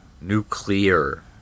Nuclear